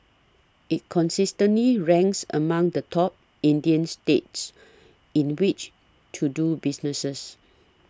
it consistently ranks among the top Indian states in which to do business cess